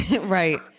Right